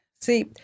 See